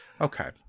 Okay